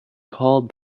called